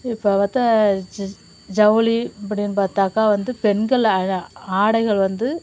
இப்போ அவர்கிட்ட ஜவுளி அப்படின்னு பார்த்தாக்கா வந்து பெண்கள் ஆடைகள் வந்து